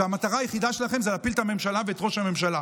והמטרה היחידה שלכם זה להפיל את הממשלה ואת ראש הממשלה,